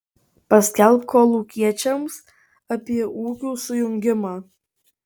paskelbk kolūkiečiams apie ūkių sujungimą